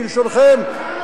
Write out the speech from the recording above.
בלשונכם,